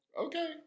Okay